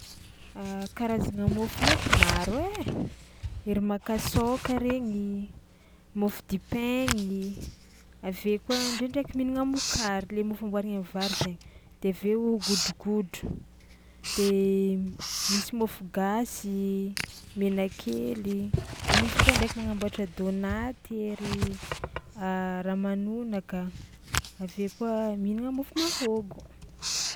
A karazagna môfo haiko maro ai: ery makasaoka regny, môfo dipainy, avy eo koa ndraindraiky mihinagna mokary le mofo amboarigna am'vary zainy de avy eo godrogodro de misy môfo gasy, menakely de misy koa ndraiky magnamboatra dônaty, ery ramanonaka, avy eo koa mihinagna môfo mahôgo.